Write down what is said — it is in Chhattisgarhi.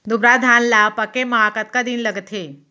दुबराज धान ला पके मा कतका दिन लगथे?